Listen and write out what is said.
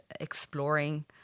exploring